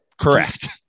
Correct